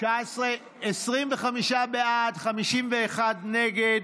25 בעד, 51 נגד.